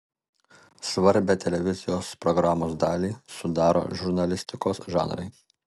svarbią televizijos programos dalį sudaro žurnalistikos žanrai